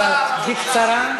בבקשה, כבוד השר, בקצרה.